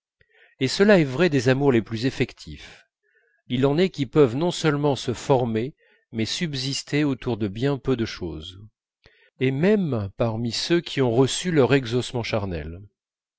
et cela est vrai des amours les plus effectifs il en est qui peuvent non seulement se former mais subsister autour de bien peu de chose et même parmi ceux qui ont reçu leur exaucement charnel